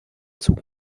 zug